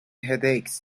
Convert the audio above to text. headaches